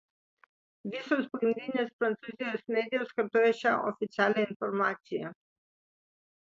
visos pagrindinės prancūzijos medijos kartojo šią oficialią informaciją